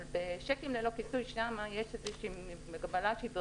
אבל בשיקים ללא כיסוי, שם יש מגבלה שהיא דרקונית,